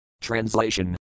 Translation